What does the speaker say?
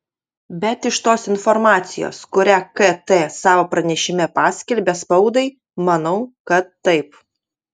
bet iš tos informacijos kurią kt savo pranešime paskelbė spaudai manau kad taip